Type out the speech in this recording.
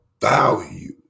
value